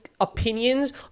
opinions